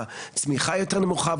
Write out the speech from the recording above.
הצמיחה יותר נמוכה,